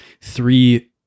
three